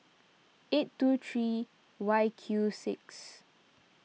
eight two three Y Q six